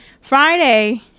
friday